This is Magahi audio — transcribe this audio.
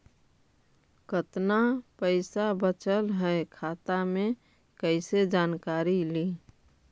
कतना पैसा बचल है खाता मे कैसे जानकारी ली?